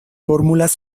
fórmulas